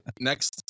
Next